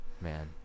man